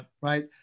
right